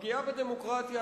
הפגיעה בדמוקרטיה,